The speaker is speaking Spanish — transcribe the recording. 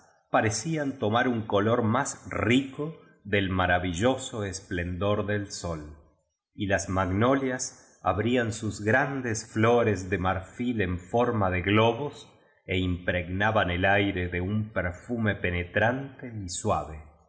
parecían tomar un color más rico del maravilloso esplendor del sol y las magnolias abrían sus grandes flores de marfil en forma de globos ó im pregnaban el aire de un perfume penetrante y suave